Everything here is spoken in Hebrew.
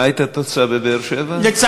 מה הייתה התוצאה בבאר-שבע?